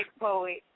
poet